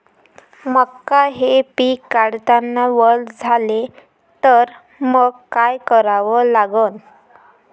मका हे पिक काढतांना वल झाले तर मंग काय करावं लागन?